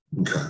Okay